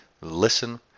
listen